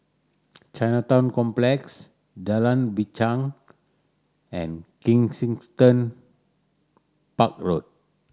Chinatown Complex Jalan Binchang and Kensington Park Road